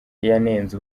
yanenze